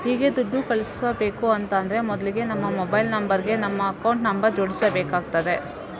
ಹೀಗೆ ದುಡ್ಡು ಕಳಿಸ್ಬೇಕು ಅಂತಾದ್ರೆ ಮೊದ್ಲಿಗೆ ನಮ್ಮ ಮೊಬೈಲ್ ನಂಬರ್ ಗೆ ನಮ್ಮ ಅಕೌಂಟ್ ನಂಬರ್ ಜೋಡಿಸ್ಬೇಕಾಗ್ತದೆ